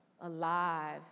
alive